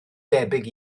debyg